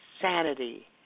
sanity